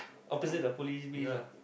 opposite the police base ah